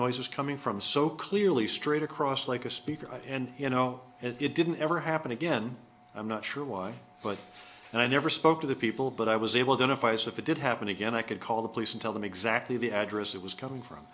noises coming from so clearly straight across like a speaker and you know it didn't ever happen again i'm not sure why but and i never spoke to the people but i was able then a phase of it did happen again i could call the police and tell them exactly the address it was coming from